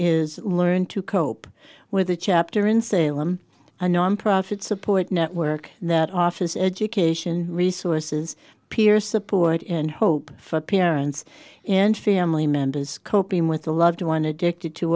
is learn to cope with a chapter in salem a nonprofit support network that office education resources peer support and hope for parents and family members coping with a loved one addicted to